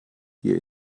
hier